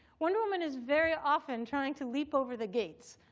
wonder woman is very often trying to leap over the gates